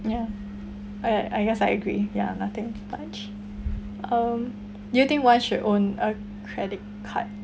ya I I guess I agree ya nothing much um do you think one should own a credit card